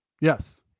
Yes